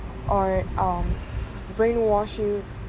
or um brainwash you